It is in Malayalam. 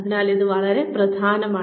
അതിനാൽ ഇത് പ്രധാനമാണ്